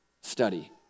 study